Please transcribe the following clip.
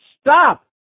Stop